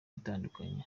itandukanye